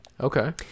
Okay